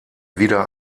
wieder